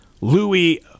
Louis